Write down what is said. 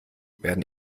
werden